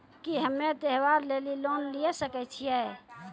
की हम्मय त्योहार लेली लोन लिये सकय छियै?